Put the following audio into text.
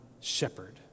shepherd